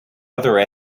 other